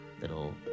little